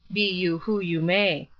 be you who you may.